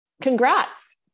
congrats